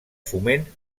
foment